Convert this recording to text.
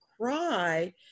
cry